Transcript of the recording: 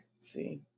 see